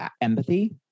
empathy